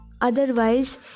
otherwise